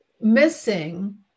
missing